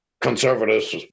Conservatives